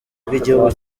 bw’igihugu